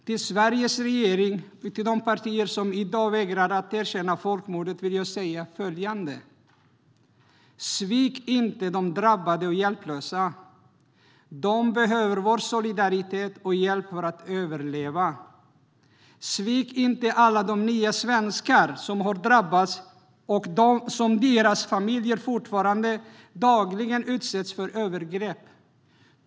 Till Sveriges regering och till de partier som i dag vägrar att erkänna folkmordet vill jag säga följande. Svik inte de drabbade och hjälplösa! De behöver vår solidaritet och hjälp för att överleva. Svik inte alla de nya svenskar och deras familjer som har drabbats och som fortfarande dagligen utsätts för övergrepp!